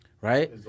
Right